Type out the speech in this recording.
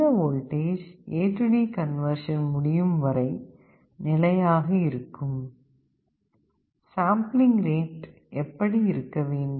இந்த voltage AD conversion முடியும்வரை நிலையாக இருக்கும் சாம்பிளிங் ரேட் எப்படி இருக்க வேண்டும்